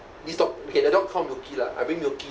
this dog okay the dog call milky lah I bring milky